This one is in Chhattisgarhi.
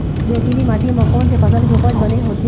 रेतीली माटी म कोन से फसल के उपज बने होथे?